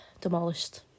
Demolished